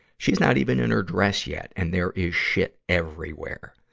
she's not even in her dress yet, and there is shit everywhere.